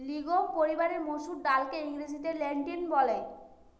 legume পরিবারের মসুর ডালকে ইংরেজিতে লেন্টিল বলে